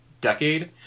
decade